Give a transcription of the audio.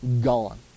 gone